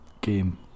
game